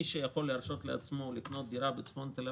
מי שיכול להרשות לעצמו לקנות דירה בצפון תל